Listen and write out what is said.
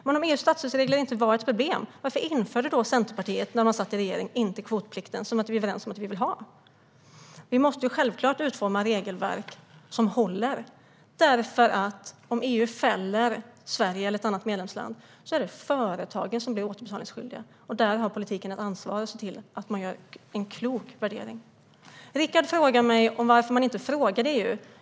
Om EU:s statsstödsregler inte var ett problem, varför införde inte Centerpartiet när man satt i regering kvotplikten, som vi är överens om att vi vill ha? Vi måste självklart utforma regelverk som håller, för om EU fäller Sverige eller ett annat medlemsland är det företagen som blir återbetalningsskyldiga. Här har politiken ett ansvar att se till att man gör en klok värdering. Rickard Nordin frågar mig varför man inte frågade EU.